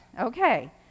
Okay